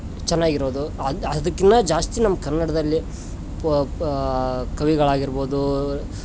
ಚೆನ್ನಾಗಿರೋದು ಅದು ಅದಕ್ಕಿಂತ ಜಾಸ್ತಿ ನಮ್ಮ ಕನ್ನಡದಲ್ಲಿ ಪ್ ಕವಿಗಳಾಗಿರಬೌದು